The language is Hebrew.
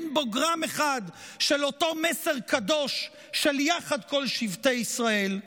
אין בו גרם אחד של אותו מסר קדוש של יחד כל שבטי ישראל,